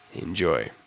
Enjoy